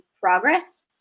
progress